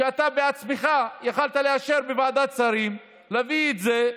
כששמע על המצוקה של היהודים ראש הממשלה דאז מנחם בגין ז"ל,